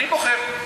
אני בוחר.